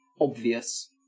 obvious